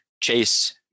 Chase